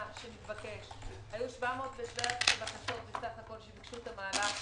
היו 717 בקשות בסך הכול שביקשו את המהלך.